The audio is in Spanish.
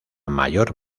mayor